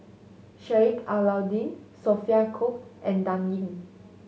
Sheik Alau'ddin Sophia Cooke and Dan Ying